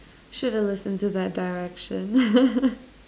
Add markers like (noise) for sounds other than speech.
should have listened to that direction (laughs)